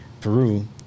peru